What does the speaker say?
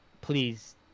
Please